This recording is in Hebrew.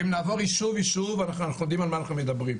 ואם נעבור יישוב יישוב אנחנו יודעים על מה אנחנו מדברים.